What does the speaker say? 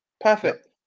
perfect